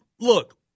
look